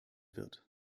wird